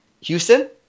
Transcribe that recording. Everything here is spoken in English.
Houston